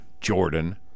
jordan